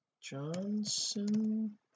Johnson